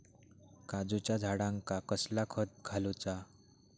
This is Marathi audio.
काजूच्या झाडांका कसला खत घालूचा?